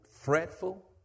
fretful